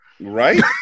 Right